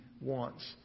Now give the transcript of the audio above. wants